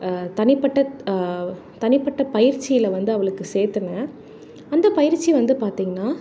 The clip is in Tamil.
தனிப்பட்ட தனிப்பட்ட பயிற்சியில் வந்து அவளுக்கு சேர்த்துனேன் அந்த பயிற்சி வந்து பார்த்திங்கனா